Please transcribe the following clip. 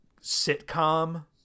sitcom